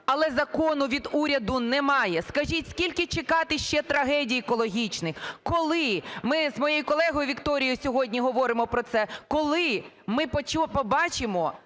Але закону від уряду немає. Скажіть скільки чекати ще трагедій екологічних? Коли? Ми з моєю колегою Вікторією сьогодні говоримо про це. Коли ми побачимо